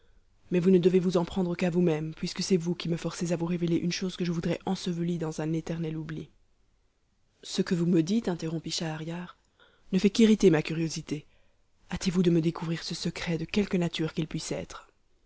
mais vous ne devez vous en prendre qu'à vous-même puisque c'est vous qui me forcez à vous révéler une chose que je voudrais ensevelir dans un éternel oubli ce que vous me dites interrompit schahriar ne fait qu'irriter ma curiosité hâtez-vous de me découvrir ce secret de quelque nature qu'il puisse être